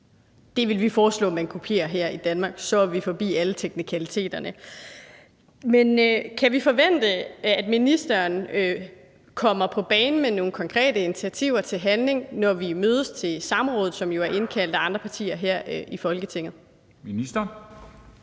det vil vi foreslå at man kopierer her i Danmark – så er vi forbi alle teknikaliteterne. Man kan vi forvente, at ministeren kommer på banen med nogle konkrete initiativer til handling, når vi mødes til samrådet, som jo er indkaldt af andre partier her i Folketinget? Kl.